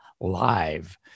live